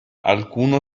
alcuno